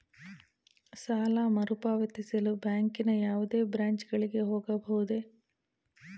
ಸಾಲ ಮರುಪಾವತಿಸಲು ಬ್ಯಾಂಕಿನ ಯಾವುದೇ ಬ್ರಾಂಚ್ ಗಳಿಗೆ ಹೋಗಬಹುದೇ?